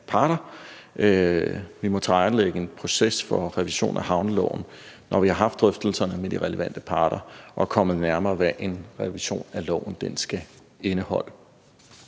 parter. Vi må tilrettelægge en proces for en revision af havneloven, når vi har haft drøftelserne med de relevante parter og er kommet nærmere, hvad en revision af loven skal indeholde.